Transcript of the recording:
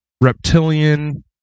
reptilian